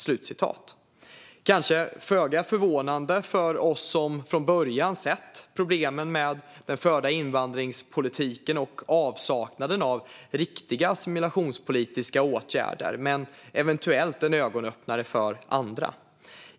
Detta kanske är föga förvånande för oss som från början sett problemen med den förda invandringspolitiken och avsaknaden av riktiga assimilationspolitiska åtgärder, men det är eventuellt en ögonöppnare för andra.